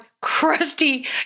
crusty